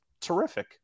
terrific